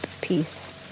peace